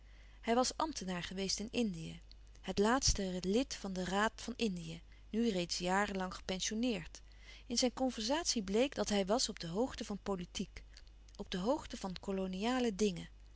hij was ambtenaar geweest in indië het laatst lid van den raad van indië nu reeds jaren lang gepensioneerd in zijn conversatie bleek dat hij was op de hoogte van politiek op de hoogte van koloniale dingen